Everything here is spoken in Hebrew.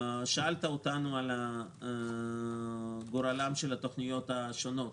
שאלת אותנו על גורלן של התוכניות השונות,